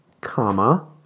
comma